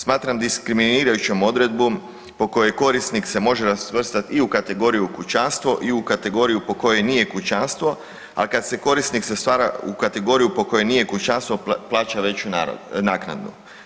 Smatram diskriminirajućom odredbom po kojem korisnik se može svrstati i u kategoriju kućanstvo i u kategoriju po kojoj nije kućanstvo, a kad ste korisnik se stvara u kategoriju po kojoj nije kućanstvo, plaća veću naknadu.